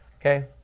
Okay